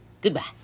Goodbye